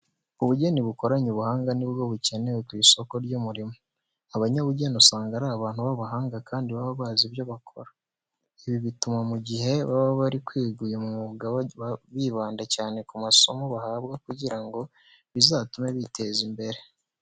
Ubugeni bukoranye ubuhanga ni bwo bukenewe ku isoko ry'umurimo. Abanyabugeni usanga ari abantu b'abahanga kandi baba bazi ibyo bakora. Ibi bituma mu gihe baba bari kwiga uyu mwuga bibanda cyane ku masomo bahabwa kugira ngo bizatume biteza imbere.